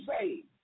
saved